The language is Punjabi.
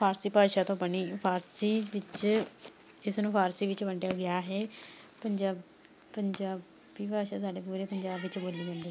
ਫ਼ਾਰਸੀ ਭਾਸ਼ਾ ਤੋਂ ਬਣੀ ਫ਼ਾਰਸੀ ਵਿੱਚ ਇਸ ਨੂੰ ਫ਼ਾਰਸੀ ਵਿੱਚ ਵੰਡਿਆ ਗਿਆ ਹੈ ਪੰਜਾ ਪੰਜਾਬੀ ਭਾਸ਼ਾ ਸਾਡੇ ਪੂਰੇ ਪੰਜਾਬ ਵਿੱਚ ਬੋਲੀ ਜਾਂਦੀ